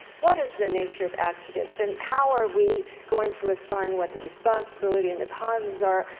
what is the nature of accidents? and how are we going to assign what the responsibility and the causes are,